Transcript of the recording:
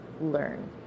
learn